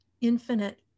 infinite